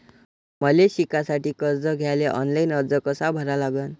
मले शिकासाठी कर्ज घ्याले ऑनलाईन अर्ज कसा भरा लागन?